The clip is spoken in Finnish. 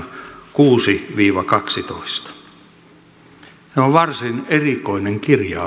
kuusi viiva kaksitoista tämä on varsin erikoinen kirjaus että